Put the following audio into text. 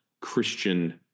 Christian